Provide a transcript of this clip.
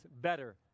better